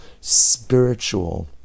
spiritual